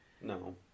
No